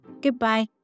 Goodbye